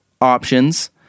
options